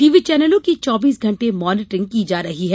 TV चैनलों की चौबीस घण्टे मानीटरिंग की जा रही है